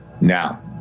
now